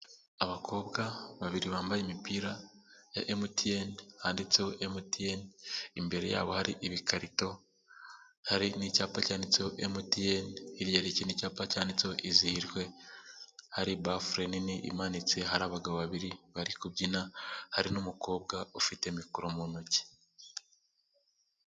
Abakobwa babiri bambaye imipira ya MTN, handitseho MTN, imbere yabo hari ibikarito, hari n'icyapa cyanditse MTN, hari ikintu icyapa cyanditseho izihirwe, hari bafure nini imanitse hari abagabo babiri bari kubyina, hari n'umukobwa ufite mikoro mu ntoki.